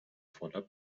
voller